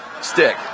stick